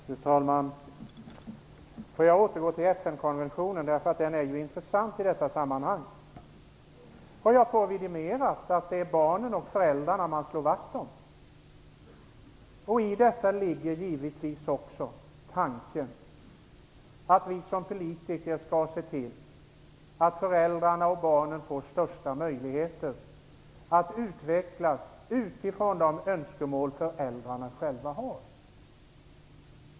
Fru talman! Jag vill återgå till FN-konvention, eftersom den är intressant i detta sammanhang. Jag får där vidimerat att det är barnen och föräldrarna man slår vakt om. I detta ligger givetvis också tanken att vi som politiker skall se till att föräldrarna och barnen ges bästa förutsättningar att utvecklas utifrån de önskemål föräldrarna själva har.